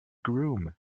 groom